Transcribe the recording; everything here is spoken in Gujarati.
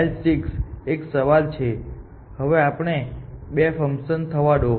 L 6 એક સવાલ છે હવે આપણે બે ફંકશન થવા દો